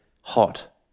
hot